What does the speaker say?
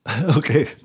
Okay